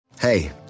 Hey